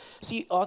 see